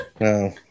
no